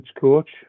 coach